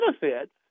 benefits